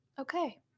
Okay